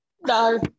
No